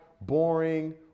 boring